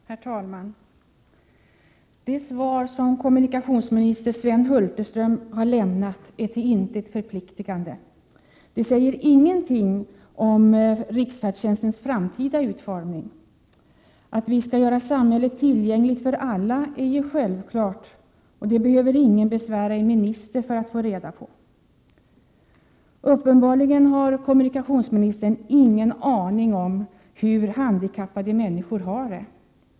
Herr talman! Det svar som kommunikationsminister Sven Hulterström har lämnat är till intet förpliktande. Det säger ingenting om riksfärdtjänstens framtida utformning. Att vi skall göra samhället tillgängligt för alla är ju självklart. Det behöver ingen besvära en minister för att få reda på. Uppenbarligen har kommunikationsministern ingen aning om hur handikappade människor har det.